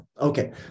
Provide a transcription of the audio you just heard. Okay